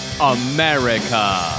America